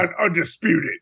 undisputed